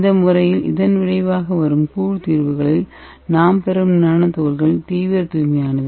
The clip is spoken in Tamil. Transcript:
இந்த முறையில் இதன் விளைவாக வரும் கூழ் தீர்வுகளில் நாம் பெறும் நானோ துகள்கள் தீவிர தூய்மையானவை